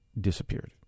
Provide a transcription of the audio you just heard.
disappeared